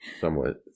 Somewhat